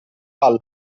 palla